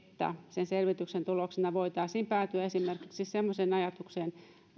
sen selvityksen tuloksena voitaisiin päätyä esimerkiksi semmoiseen ajatukseen